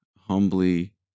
humbly